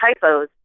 typos